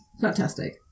Fantastic